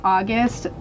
August